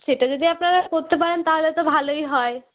সেটা যদি আপনারা করতে পারেন তাহলে তো ভালোই হয়